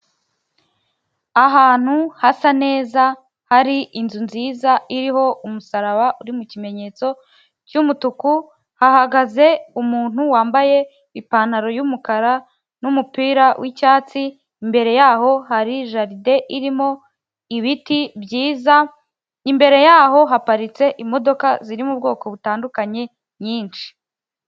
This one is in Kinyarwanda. Ahantu hasa neza hari inzu nziza iriho umusaraba uri mu kimenyetso cy'umutuku hahagaze umuntu wambaye ipantaro y'umukara n'mupira w'icyatsi, imbere yaho hari jaride irimo ibiti byiza, imbere yaho haparitse imodoka ziri mu bwoko butandukanye nyinshi.